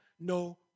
no